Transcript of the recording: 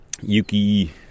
Yuki